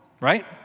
right